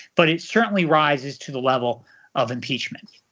but it certainly rises to the level of impeachment.